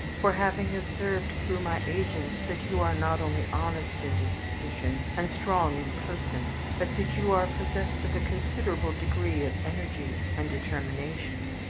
for, having observed through my agents that you are not only honest in disposition and strong in person, but that you are possessed of a considerable degree of energy and determination,